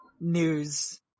news